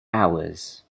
hours